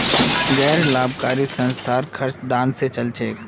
गैर लाभकारी संस्थार खर्च दान स चल छेक